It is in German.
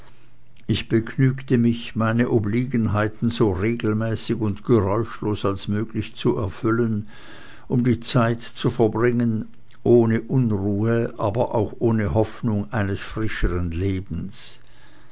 ich begnügte mich meine obliegenheiten so regelmäßig und geräuschlos als möglich zu erfüllen um die zeit zu verbringen ohne unruhe aber auch ohne hoffnung eines frischern lebens